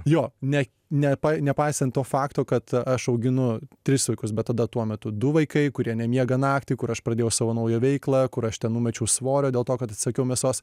jo ne ne nepaisant to fakto kad aš auginu tris vaikus bet tada tuo metu du vaikai kurie nemiega naktį kur aš pradėjau savo naują veiklą kur aš ten numečiau svorio dėl to kad atsisakiau mėsos